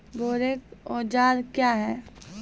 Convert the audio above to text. बोरेक औजार क्या हैं?